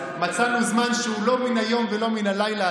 מצאנו זמן שהוא לא מן יום ולא מן הלילה,